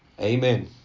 Amen